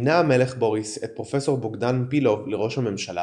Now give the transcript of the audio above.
מינה המלך בוריס את פרופסור בוגדאן פילוב לראש הממשלה